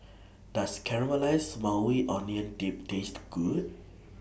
Does Caramelized Maui Onion Dip Taste Good